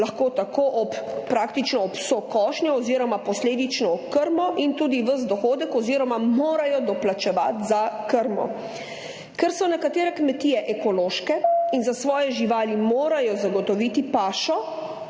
lahko tako ob praktično vso košnjo oziroma posledično ob krmo in tudi ves dohodek oziroma morajo doplačevati za krmo? Ker so nekatere kmetije ekološke in morajo za svoje živali zagotoviti pašo,